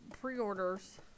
pre-orders